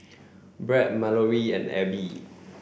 Brad Mallorie and Abbie